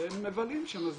והם מבלים שם,